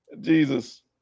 Jesus